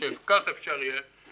כך אפשר יהיה